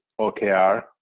OKR